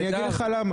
אני אגיד לך למה.